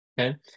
Okay